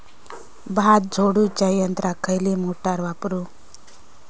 भात झोडूच्या यंत्राक खयली मोटार वापरू?